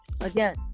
again